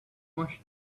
much